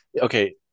okay